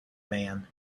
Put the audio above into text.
man